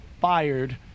fired